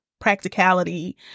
practicality